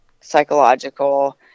psychological